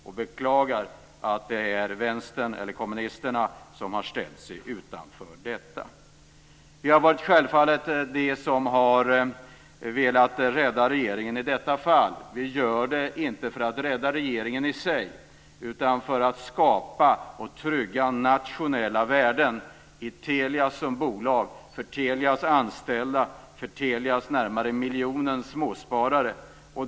Jag beklagar att Vänstern, kommunisterna, har ställt sig utanför. Det finns de som har velat rädda regeringen. Men vi gör det inte för att rädda regeringen i sig, utan för att skapa och trygga nationella värden för Telia som bolag, för Telias anställda, för Telias närmare en miljon småsparare.